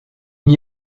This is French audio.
n’y